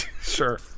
Sure